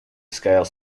scale